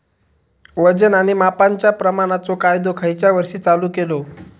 वजन आणि मापांच्या प्रमाणाचो कायदो खयच्या वर्षी चालू केलो?